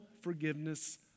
forgiveness